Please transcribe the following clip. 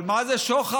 אבל מה זה שוחד?